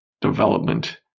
development